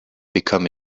become